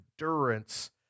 endurance